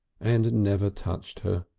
and never touched her.